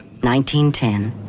1910